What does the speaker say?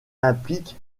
implique